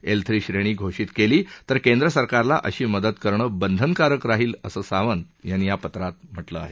L three श्रेणी घोषित केली तर केंद्र सरकारला अशी मदत करणं बंधनकारक राहील असं सावंत यांनी या पत्रात म्हटलं आहे